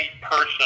person